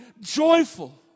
joyful